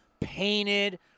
painted